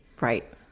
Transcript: Right